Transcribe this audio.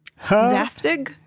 Zaftig